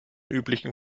üblichen